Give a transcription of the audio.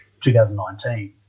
2019